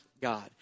God